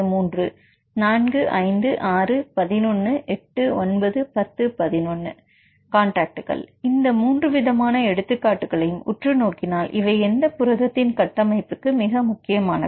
4 5 611 89 10 11 காண்டாக்ட்கள் இந்த மூன்று விதமான எடுத்துக்காட்டுகளையும் உற்று நோக்கினால் எவை இந்த புரதத்தின் கட்டமைப்புக்கு மிக முக்கியமானவை